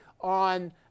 on